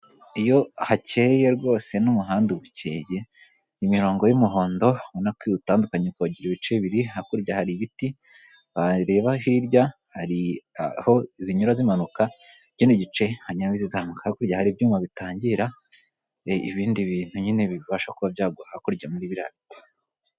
Iyo hacyeye rwose n'umuhanda uba ucyeye; imirongo y'umuhondo, urabona ko iwutandukanya ikawugira ibice biri. Hakurya hari ibiti wareba hirya hari aho zinyura zimanuka, ikindi gice hanyuramo izizamuka. Hakurya hari ibyuma bitangira, ibindi bintu nyine bibasha kuba byagwa hakurya muri biriya biti.